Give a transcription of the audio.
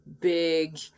big